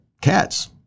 Cats